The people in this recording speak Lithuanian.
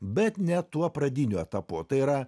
bet ne tuo pradiniu etapu tai yra